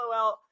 lol